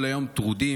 ההורים כל היום טרודים,